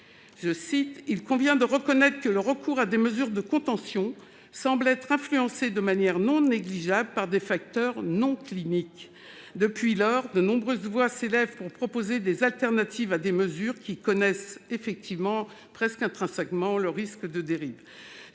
effet, « il convient de reconnaître que le recours à des mesures de contention semble être influencé de manière non négligeable par des facteurs non cliniques ». De nombreuses voix s'élèvent désormais pour proposer des alternatives à des mesures qui comportent effectivement, quasi intrinsèquement, des risques de dérives.